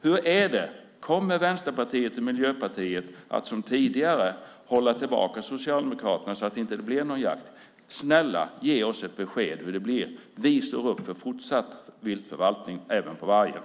Hur är det? Kommer Vänsterpartiet och Miljöpartiet att som tidigare hålla tillbaka Socialdemokraterna så att det inte blir någon jakt? Snälla, ge oss ett besked hur det blir! Vi står upp för fortsatt viltförvaltning även på vargen.